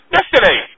Yesterday